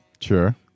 Sure